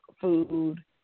food